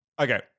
okay